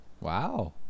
wow